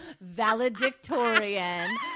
Valedictorian